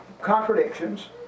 contradictions